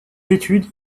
études